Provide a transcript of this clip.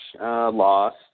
Lost